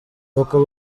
koko